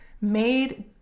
made